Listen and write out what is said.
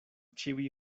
ĉiuj